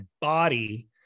body